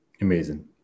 Amazing